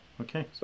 okay